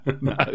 No